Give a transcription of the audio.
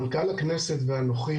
מנכ"ל הכנסת ואנוכי,